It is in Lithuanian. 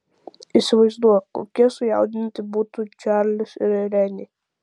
įsivaizduok kokie sujaudinti būtų čarlis ir renė